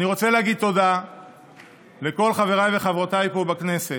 אני רוצה להגיד תודה לכל חבריי וחברותיי פה בכנסת.